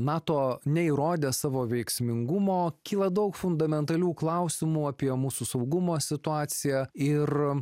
nato neįrodė savo veiksmingumo kyla daug fundamentalių klausimų apie mūsų saugumo situaciją ir